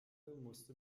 musste